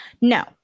No